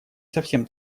совсем